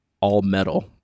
all-metal